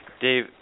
Dave